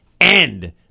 end